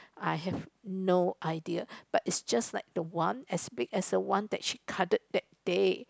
I have no idea but is just like the one as big as the one that she cuddle that day